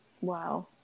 Wow